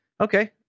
okay